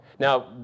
Now